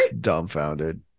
dumbfounded